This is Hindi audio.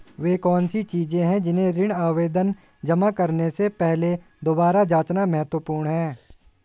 वे कौन सी चीजें हैं जिन्हें ऋण आवेदन जमा करने से पहले दोबारा जांचना महत्वपूर्ण है?